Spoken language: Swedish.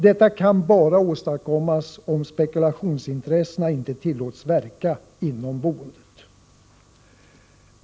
Detta kan åstadkommas bara om spekulationsintressena inte tillåts verka inom boendet.